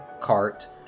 cart